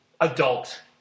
adult